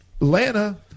Atlanta